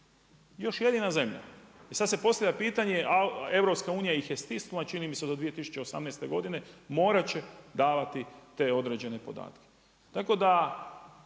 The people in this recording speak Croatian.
Još jedina zemlja. I sada se postavlja pitanje EU ih je stisnula, čini mi se do 2018. godine morati će davati te određene podatke.